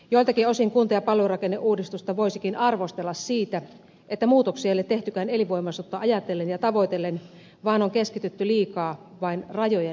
joiltakin osin kunta ja palvelurakenneuudistusta voisikin arvostella siitä että muutoksia ei ole tehtykään elinvoimaisuutta ajatellen ja tavoitellen vaan on keskitytty liikaa vain rajojen liikutteluun